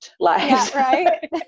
Right